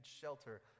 shelter